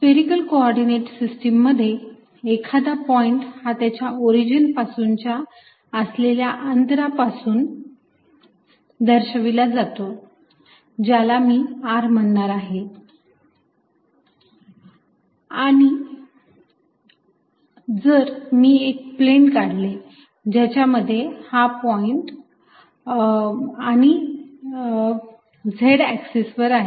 spherical coordinate system मध्ये एखादा point हा त्याच्या ओरिजिन पासूनच्या असलेल्या अंतरापासुन दर्शविला जातो ज्याला मी r म्हणणार आहे आणि जर मी एक प्लेन काढले ज्याच्या मध्ये हा पॉईंट आणि Z एक्सिस आहे